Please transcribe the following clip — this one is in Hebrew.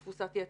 מתפוסת יתר.